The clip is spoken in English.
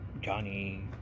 Johnny